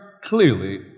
clearly